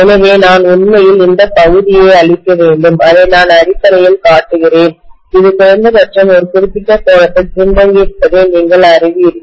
எனவே நான் உண்மையில் இந்த பகுதியை அழிக்க வேண்டும் அதை நான் அடிப்படையில் காட்டுகிறேன் இது குறைந்தபட்சம் ஒரு குறிப்பிட்ட கோணத்தில் பின்தங்கியிருப்பதை நீங்கள் அறிவீர்கள்